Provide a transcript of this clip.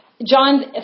John